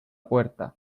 puerta